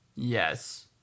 yes